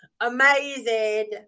amazing